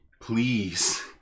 please